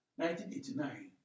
1989